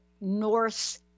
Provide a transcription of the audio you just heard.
Norse